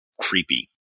creepy